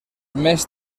més